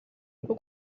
rwo